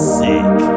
sick